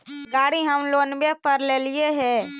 गाड़ी हम लोनवे पर लेलिऐ हे?